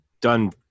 done